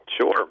Sure